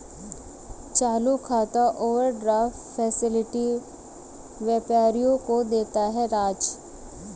चालू खाता overdraft facility व्यापारियों को देता है राज